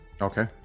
Okay